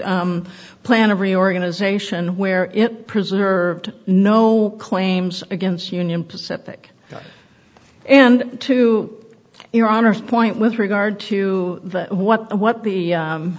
amended plan of reorganization where it preserved no claims against union pacific and to your honor's point with regard to what the what the